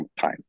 time